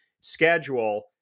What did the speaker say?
schedule